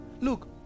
look